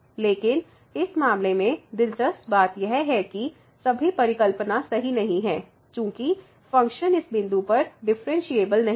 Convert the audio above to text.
लेकिन इस मामले में दिलचस्प बात यह है कि सभी परिकल्पना सही नहीं हैं चूंकि फ़ंक्शन इस बिंदु पर डिफ़्फ़रेनशियेबल नहीं है